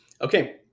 Okay